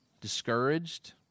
discouraged